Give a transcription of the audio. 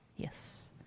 Yes